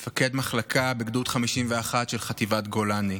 מפקד מחלקה בגדוד 51 של חטיבת גולני,